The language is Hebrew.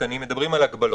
שנדע.